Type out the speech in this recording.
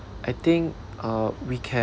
I think uh we can